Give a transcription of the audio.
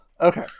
Okay